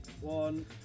one